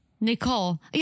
Nicole